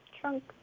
Trunk